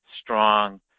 strong